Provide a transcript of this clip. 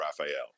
Raphael